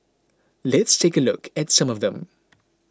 let's take a look at some of them